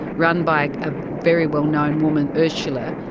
run by a very well-known woman ursula,